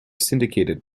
syndicated